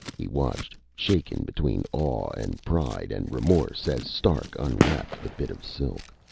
he watched, shaken between awe and pride and remorse, as stark unwrapped the bit of silk.